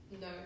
No